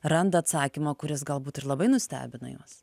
randa atsakymą kuris galbūt ir labai nustebina juos